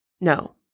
no